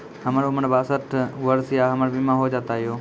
हमर उम्र बासठ वर्ष या हमर बीमा हो जाता यो?